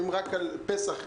רק על פסח,